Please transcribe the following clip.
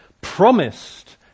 promised